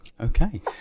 Okay